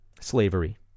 Slavery